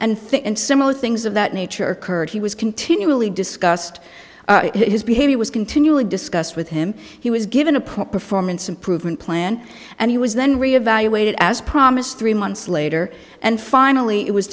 things and similar things of that nature curt he was continually discussed his behavior was continually discussed with him he was given a proper formants improvement plan and he was then re evaluated as promised three months later and finally it was